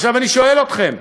עכשיו אני שואל אתכם: